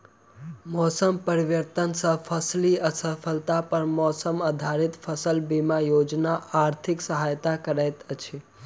मौसम परिवर्तन सॅ फसिल असफलता पर मौसम आधारित फसल बीमा योजना आर्थिक सहायता करैत अछि